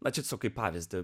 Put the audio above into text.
atseit kaip pavyzdį